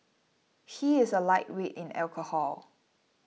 he is a lightweight in alcohol